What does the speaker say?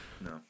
No